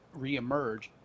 reemerge